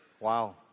Wow